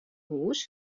hûs